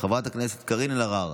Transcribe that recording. חברת הכנסת קארין אלהרר,